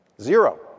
zero